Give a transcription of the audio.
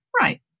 right